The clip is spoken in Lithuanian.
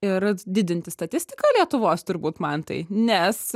ir didinti statistiką lietuvos turbūt mantai nes